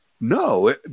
no